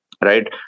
right